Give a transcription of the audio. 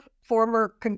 former